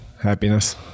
Happiness